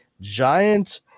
giant